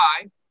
five